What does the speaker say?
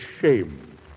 shame